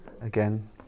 again